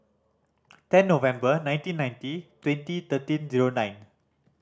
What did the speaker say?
ten November nineteen ninety twenty thirteen zero nine